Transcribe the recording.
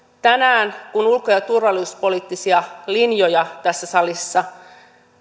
tänään kun ulko ja turvallisuuspoliittisia linjoja tässä salissa